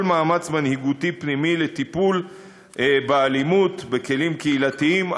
מאמץ מנהיגותי פנימי לטיפול באלימות בכלים קהילתיים,